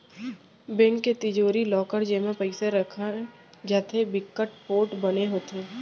bank के तिजोरी, locker जेमा पइसा राखे जाथे बिकट पोठ बने होथे